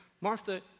Martha